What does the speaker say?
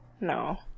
No